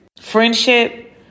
friendship